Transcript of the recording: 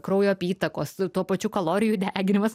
kraujo apytakos tuo pačiu kalorijų deginimas